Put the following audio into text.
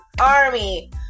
army